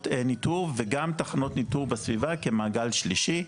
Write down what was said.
ניטור וגם תחנות ניטור בסביבה כמעגל שלישי,